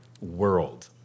world